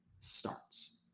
starts